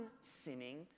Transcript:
sinning